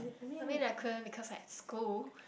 I mean I couldn't because I had school